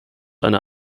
einer